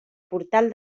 portal